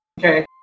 Okay